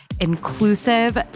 inclusive